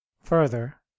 Further